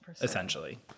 essentially